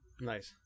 Nice